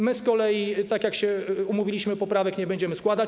My z kolei, tak jak się umówiliśmy, poprawek nie będziemy składać.